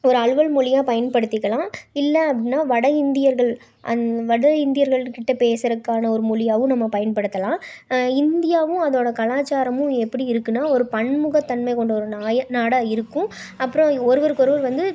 ஒரு அலுவல் மொழியாக பயன்படுத்திக்கலாம் இல்லை அப்படினா வட இந்தியர்கள் அந்த வட இந்தியர்கள் கிட்டே பேசுறதுக்கான ஒரு மொழியாகவும் நம்ம பயன்படுத்தலாம் இந்தியாவும் அதோட கலாச்சாரமும் எப்படி இருக்கும்னா ஒரு பன்முகத்தன்மை கொண்ட ஒரு நாடாக இருக்கும் அப்பறம் ஒருவருக்கொருவர் வந்து